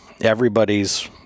everybody's